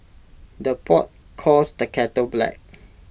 the pot calls the kettle black